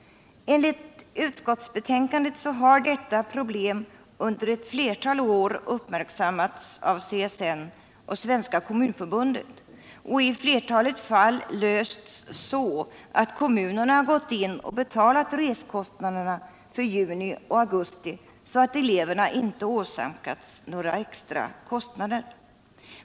Enligt utskottsbetänkandet har detta problem under ett flertal år uppmärksammats av CSN och Svenska kommunförbundet och i flertalet fall lösts så att kommunerna har gått in och betalat reskostnaderna för juni och augusti, så att eleverna inte åsamkats några extra kostnader.